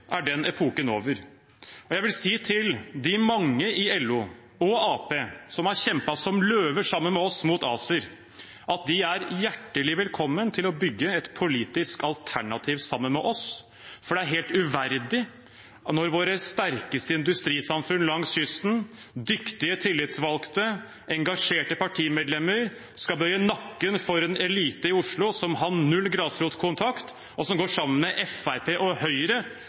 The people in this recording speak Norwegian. er den epoken over. Jeg vil si til de mange i LO og Arbeiderpartiet som har kjempet som løver sammen med oss mot ACER, at de er hjertelig velkommen til å bygge et politisk alternativ sammen med oss, for det er helt uverdig at våre sterkeste industrisamfunn langs kysten, dyktige tillitsvalgte og engasjerte partimedlemmer skal bøye nakken for en elite i Oslo som har null grasrotkontakt, og som går sammen med Fremskrittspartiet og Høyre